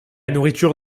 nourriture